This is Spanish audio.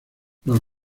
los